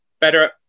better